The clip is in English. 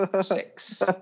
Six